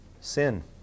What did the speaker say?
sin